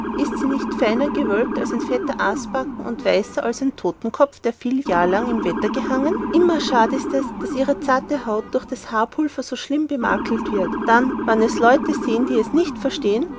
ist sie nicht feiner gewölbet als ein fetter arsbacken und weißer als ein totenkopf der viel jahr lang im wetter gehangen immer schad ist es daß ihre zarte haut durch das haarpulver so schlimm bemakelt wird dann wann es leute sehen die es nicht verstehen